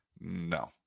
No